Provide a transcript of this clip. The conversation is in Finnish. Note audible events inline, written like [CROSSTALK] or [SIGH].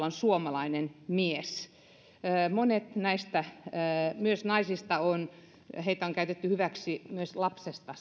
[UNINTELLIGIBLE] on suomalainen mies monia näistä naisista on käytetty hyväksi myös lapsesta [UNINTELLIGIBLE]